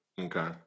Okay